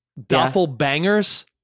Doppelbangers